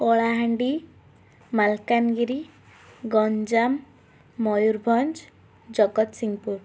Kalahandi Malkangiri Ganjam Mayurbhanj Jagatsinghpur